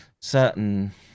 certain